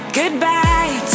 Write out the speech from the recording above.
goodbye